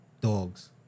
dogs